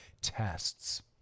tests